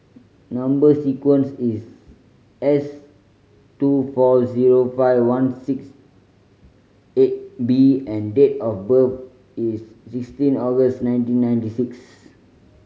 number sequence is S two four zero five one six eight B and date of birth is sixteen August nineteen ninety six